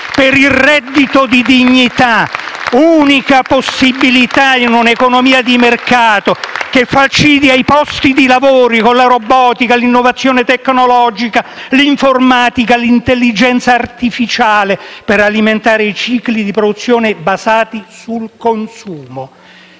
per il reddito di dignità, unica possibilità in una economia di mercato che falcidia i posti di lavoro con la robotica, l'innovazione tecnologica, l'informatica, l'intelligenza artificiale, per alimentare i cicli di produzione basati sul consumo?